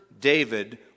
David